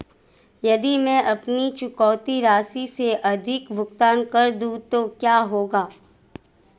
यदि मैं अपनी चुकौती राशि से अधिक भुगतान कर दूं तो क्या होगा?